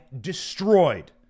destroyed